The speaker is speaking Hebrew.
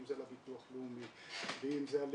אם זה על ביטוח לאומי ואם זה על